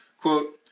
Quote